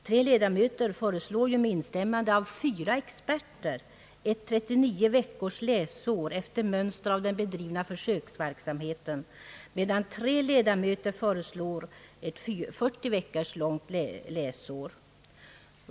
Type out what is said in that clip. Tre ledamöter föreslår med instämmande av fyra experter ett 39 veckors läsår efter mönster av den bedrivna försöksverksamheten, medan tre ledamöter föreslår ett 40 veckor långt läsår.